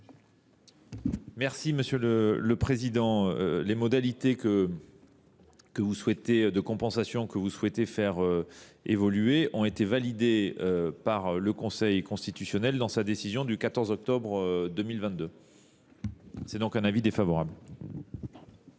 l’avis du Gouvernement ? Les modalités de compensation que vous souhaitez faire évoluer ont été validées par le Conseil constitutionnel dans sa décision du 14 octobre 2022. Par conséquent, l’avis est défavorable.